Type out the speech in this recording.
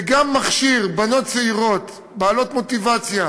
זה גם מכשיר בנות צעירות בעלות מוטיבציה